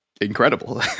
incredible